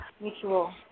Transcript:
Mutual